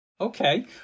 Okay